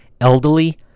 Elderly